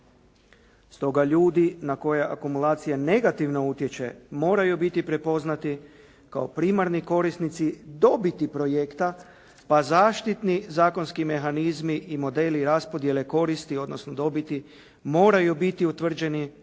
Stoga ljudi na koje akumulacija negativno utječe moraju biti prepoznati kao primarni korisnici dobiti projekta pa zaštitni zakonski mehanizmi i modeli raspodjele koristi odnosno dobiti moraju biti utvrđeni